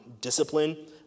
discipline